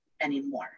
anymore